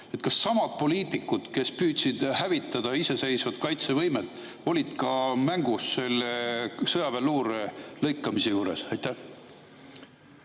Kas samad poliitikud, kes püüdsid hävitada iseseisvat kaitsevõimet, olid mängus ka selle sõjaväeluure lõikamise juures? Ma